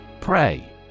Pray